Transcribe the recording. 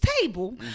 table